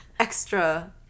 extra